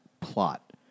plot